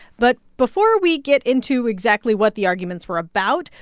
but before we get into exactly what the arguments were about,